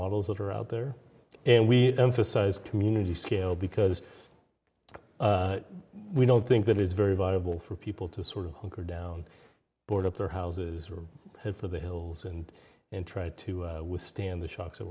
models that are out there and we emphasize community scale because we don't think that it's very viable for people to sort of hunker down board up their houses or head for the hills and then try to withstand the shock